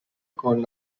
con